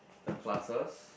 the classes